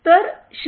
तर श्री